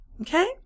okay